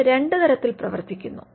ഇത് രണ്ട് തരത്തിൽ പ്രവർത്തിക്കുന്നു